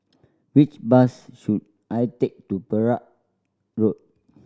which bus should I take to Perak Road